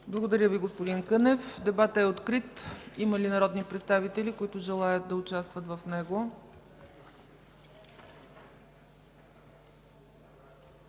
Благодаря Ви, господин Кънев. Дебатът е открит. Има ли народни представители, които желаят да участват в него?